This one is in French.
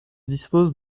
disposent